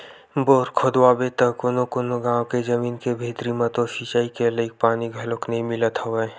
bore खोदवाबे त कोनो कोनो गाँव के जमीन के भीतरी म तो सिचई के लईक पानी घलोक नइ मिलत हवय